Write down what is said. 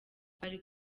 twari